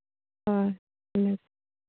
ᱦᱳᱭ ᱦᱮᱸ